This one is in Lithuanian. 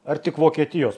ar tik vokietijos